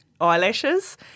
eyelashes